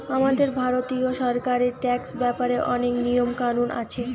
আমাদের ভারতীয় সরকারের ট্যাক্স ব্যাপারে অনেক নিয়ম কানুন আছে